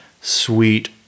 sweet